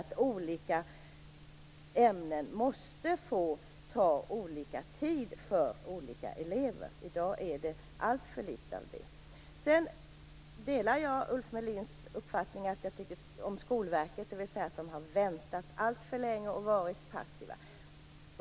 Olika ämnen måste få kräva olika lång tid för olika elever. I dag är det alltför litet av den möjligheten. Jag delar Ulf Melins uppfattning om Skolverket. Man har väntat alltför länge och varit passiv.